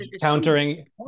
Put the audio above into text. countering